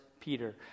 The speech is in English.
Peter